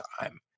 time